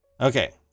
Okay